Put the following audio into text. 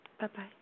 Bye-bye